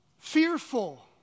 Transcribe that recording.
Fearful